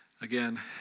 Again